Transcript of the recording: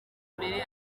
mbere